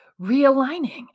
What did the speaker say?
realigning